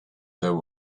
there